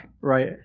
Right